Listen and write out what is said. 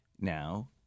now